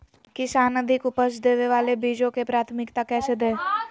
किसान अधिक उपज देवे वाले बीजों के प्राथमिकता कैसे दे?